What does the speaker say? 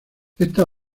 estas